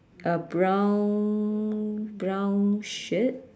a brown brown shirt